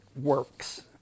works